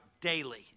daily